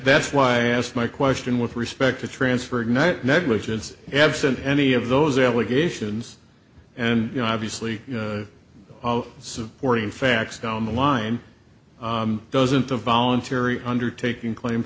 that's why i asked my question with respect to transfer ignite negligence absent any of those allegations and you know obviously of supporting facts down the line doesn't a voluntary undertaking claim